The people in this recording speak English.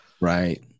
right